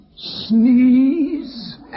Sneeze